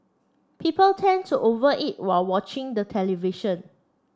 people tend to over eat while watching the television